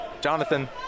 Jonathan